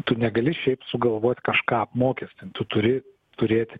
tu negali šiaip sugalvoti kažką apmokestint tu turi turėti